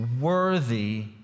worthy